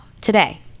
today